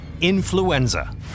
influenza